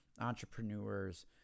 entrepreneurs